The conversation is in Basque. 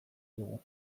dugu